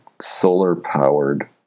solar-powered